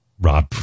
Rob